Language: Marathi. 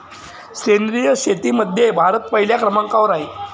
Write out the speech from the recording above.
सेंद्रिय शेतीमध्ये भारत पहिल्या क्रमांकावर आहे